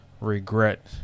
regret